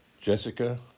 Jessica